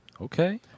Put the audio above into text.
Okay